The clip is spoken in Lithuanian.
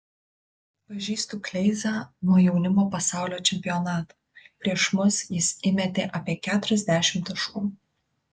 pažįstu kleizą nuo jaunimo pasaulio čempionato prieš mus jis įmetė apie keturiasdešimt taškų